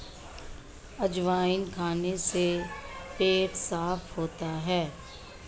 अजवाइन खाने से पेट साफ़ होता है